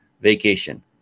vacation